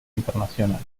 internacional